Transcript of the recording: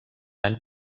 any